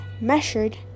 measured